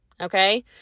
Okay